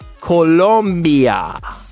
Colombia